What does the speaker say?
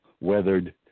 weathered